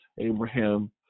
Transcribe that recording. Abraham